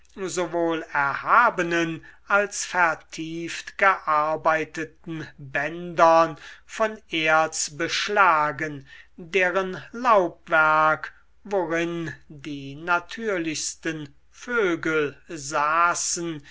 sowohl erhaben als vertieft gearbeiteten bändern von erz beschlagen deren laubwerk worin die natürlichsten vögel saßen